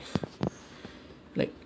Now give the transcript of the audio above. like